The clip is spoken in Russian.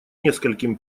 нескольким